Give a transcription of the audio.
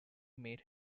made